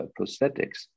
prosthetics